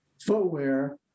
footwear